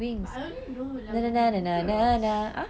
I only yang mean girls